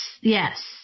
yes